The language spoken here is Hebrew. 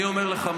אני אומר לך,